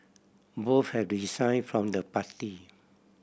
both have resign from the party